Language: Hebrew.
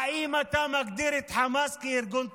האם אתה מגדיר את חמאס כארגון טרור?